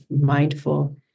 mindful